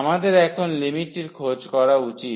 আমাদের এখন লিমিটটির খোঁজ করা উচিত